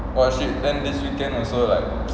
!wah! shit then this weekend also like